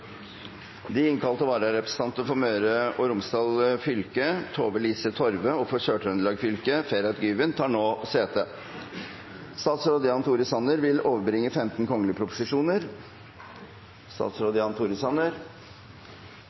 De innkalte vararepresentanter, for Møre og Romsdal fylke Tove-Lise Torve, og for Sør-Trøndelag fylke Ferhat Güven, tar nå sete. Representanten Kåre Simensen vil